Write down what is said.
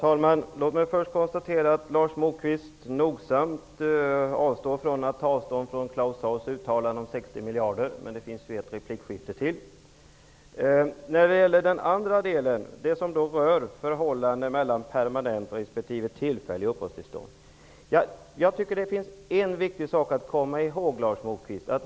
Herr talman! Lars Moquist avstod nogsamt från att ta avstånd från Claus Zaars uppgift om 60 miljarder kronor. Men det återstår ju en replikomgång. Vad gäller förhållandet mellan permanent och tillfälligt uppehållstillstånd skall man komma ihåg en viktig sak, Lars Moquist.